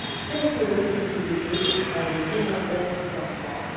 since, you wish me to be brief i will do my best to comply.